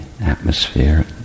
atmosphere